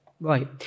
right